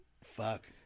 Fuck